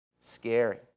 scary